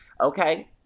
Okay